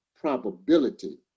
probability